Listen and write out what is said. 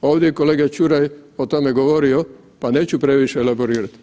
Ovdje je kolega Čuraj o tome govorio, pa neću previše laborirati.